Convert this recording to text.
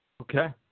Okay